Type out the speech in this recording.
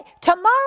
tomorrow